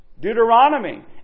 Deuteronomy